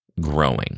growing